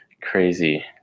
crazy